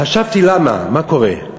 חשבתי: למה, מה קורה?